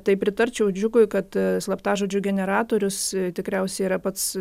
tai pritarčiau džiugui kad slaptažodžių generatorius tikriausiai yra pats